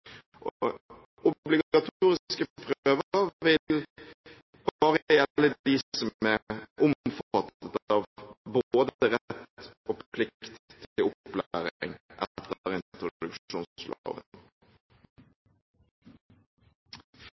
som er omfattet av både rett og plikt til opplæring etter